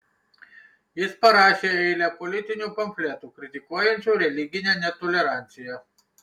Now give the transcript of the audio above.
jis parašė eilę politinių pamfletų kritikuojančių religinę netoleranciją